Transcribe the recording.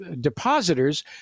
depositors